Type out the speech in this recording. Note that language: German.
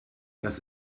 das